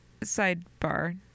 sidebar